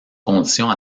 conditions